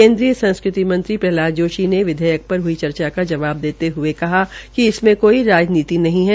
केन्द्रीय संस्कृति मंत्री प्रह्लाद जोशी पर हुई चर्चा का जवाब देते हुये कहा कि कोई राजनीति नहीं है